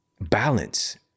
balance